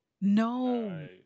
No